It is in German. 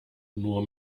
nur